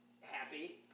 happy